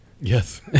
Yes